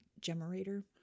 generator